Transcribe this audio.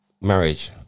Marriage